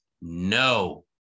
no